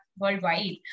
worldwide